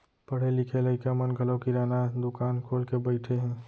पढ़े लिखे लइका मन घलौ किराना दुकान खोल के बइठे हें